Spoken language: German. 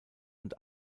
und